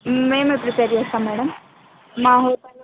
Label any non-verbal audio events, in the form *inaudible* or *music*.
మేమే ప్రిపేర్ చేస్తాం మేడం మా హోటల్లోనే *unintelligible*